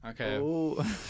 Okay